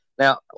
Now